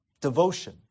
Devotion